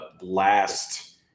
last